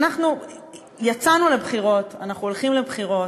אנחנו יצאנו לבחירות, אנחנו הולכים לבחירות.